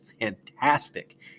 fantastic